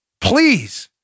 Please